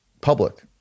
public